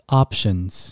options